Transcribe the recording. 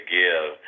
give